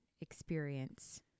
experience